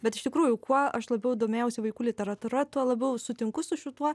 bet iš tikrųjų kuo aš labiau domėjausi vaikų literatūra tuo labiau sutinku su šituo